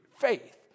faith